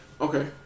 okay